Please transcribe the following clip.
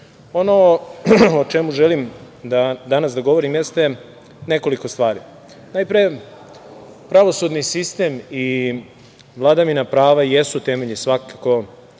o čemu želim da danas govorim, jeste nekoliko stvari. Najpre, pravosudni sistem i vladavina prava jesu temelji svakako